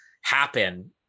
happen